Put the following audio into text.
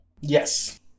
Yes